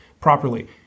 properly